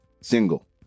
single